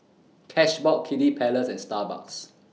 Cashbox Kiddy Palace and Starbucks